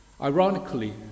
Ironically